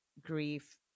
grief